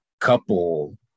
couple